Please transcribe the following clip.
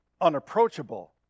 unapproachable